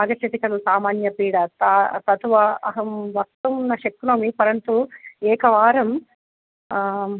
आगच्छति खलु सामान्यपीडा सा तत्वा अहं वक्तुं न शक्नोमि परन्तु एकवारम्